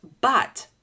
but-